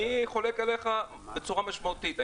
אני חולק עליך בצורה משמעותית.